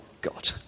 God